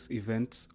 events